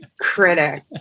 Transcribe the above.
critic